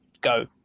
go